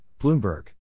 Bloomberg